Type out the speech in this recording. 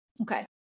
Okay